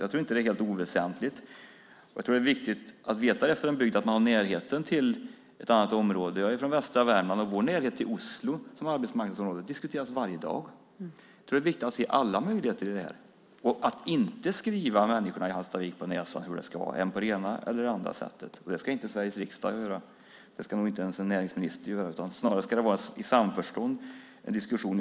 Jag tror inte att det är helt oväsentligt. Jag tror att det är viktigt att veta i en bygd att man har närhet till ett annat arbetsmarknadsområde. Jag är från västra Värmland och har närhet till Oslo som arbetsmarknadsområde. Det diskuteras varje dag. Det är viktigt att se alla möjligheter i det här och inte skriva människorna i Hallstavik på näsan hur det ska vara, vare sig på det ena eller på det andra sättet. Det ska inte Sveriges riksdag göra, och det ska inte ens en näringsminister göra. Snarast ska det ske i samförstånd och i diskussion.